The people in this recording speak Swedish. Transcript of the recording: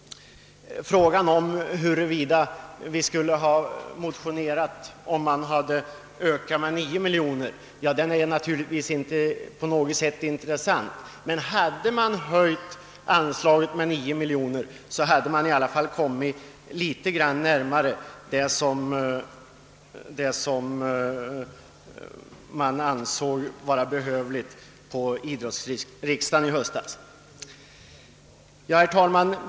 Frågan huruvida vi skulle ha motionerat om man hade föreslagit en ökning med 9 miljoner är naturligtvis inte på något sätt intressant eller aktuell. Men hade man höjt anslaget med 9 miljoner så hade man i alla fall kommit litet närmare vad idrottsriksdagen i höstas ansåg vara behövligt. Herr talman!